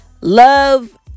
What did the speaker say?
love